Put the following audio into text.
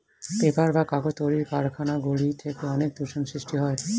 paper বা কাগজ তৈরির কারখানা গুলি থেকে অনেক দূষণ সৃষ্টি হয়